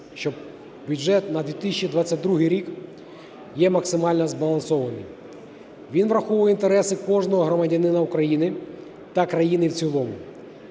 що бюджет на 2022 рік є максимально збалансованим, він враховує інтереси кожного громадянина України та країни в цілому.